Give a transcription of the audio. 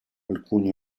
alcuni